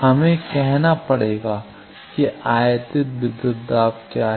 हमें कहना पड़ेगा कि आयातित विद्युत दाब क्या है